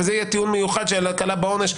וזה יהיה טיעון מיוחד של הקלה בעונש.